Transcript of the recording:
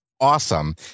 awesome